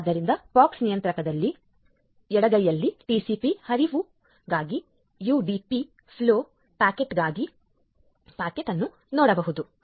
ಆದ್ದರಿಂದ ಪೋಕ್ಸ್ ನಿಯಂತ್ರಕದಲ್ಲಿ ಎಡಗೈಯಲ್ಲಿ ಟಿಸಿಪಿ ಹರಿವುಗಾಗಿ ಯುಡಿಪಿ ಫ್ಲೋ ಪ್ಯಾಕೆಟ್ಗಾಗಿ ಪ್ಯಾಕೆಟ್ ಅನ್ನು ನೀವು ನೋಡಬಹುದು